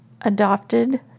adopted